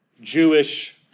Jewish